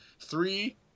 three